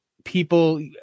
people